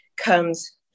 comes